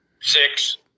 six